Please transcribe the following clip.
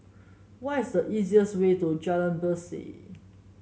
what is the easiest way to Jalan Berseh